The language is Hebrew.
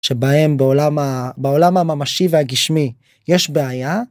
שבהם בעולם ה... בעולם הממשי והגשמי יש בעיה.